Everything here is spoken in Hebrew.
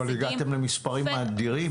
הגעתם למספרים אדירים.